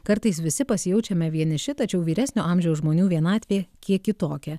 kartais visi pasijaučiame vieniši tačiau vyresnio amžiaus žmonių vienatvė kiek kitokia